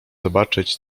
zobaczyć